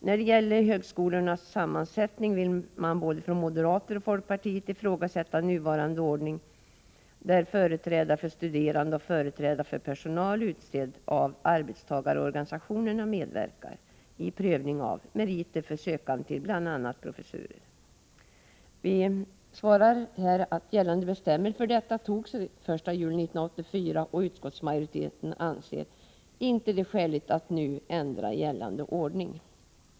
När det gäller högskoleorganens sammansättning vill både moderaterna och folkpartiet ifrågasätta nuvarande ordning, där företrädare för studerande och företrädare för personal utsedda av arbetstagarorganisationerna medverkar i prövning av meriterna för sökande till bl.a. professurer. Nuvarande bestämmelser för detta antogs den 1 juli 1984, och utskottsmajoriteten anser det inte skäligt att nu ändra gällande ordning.